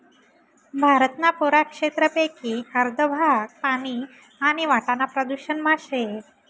भारतना पुरा क्षेत्रपेकी अर्ध भाग पानी आणि वाटाना प्रदूषण मा शे